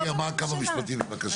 טוב, גבירתי, אמרת כמה משפטים, בבקשה.